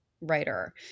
writer